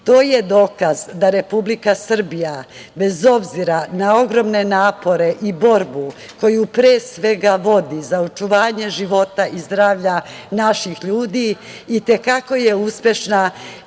To je dokaz da Republika Srbija bez obzira na ogromne napore i borbu, koju pre svega vodi za očuvanje života i zdravlja naših ljudi, i te kako je uspešna